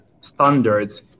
standards